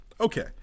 Okay